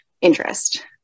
interest